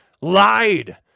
lied